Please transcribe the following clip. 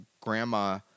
grandma